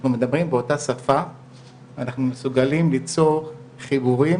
אנחנו מדברים באותה שפה ואנחנו מסוגלים ליצור חיבורים